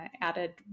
added